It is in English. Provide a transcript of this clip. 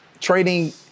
trading